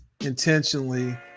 intentionally